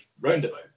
roundabout